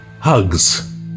Hugs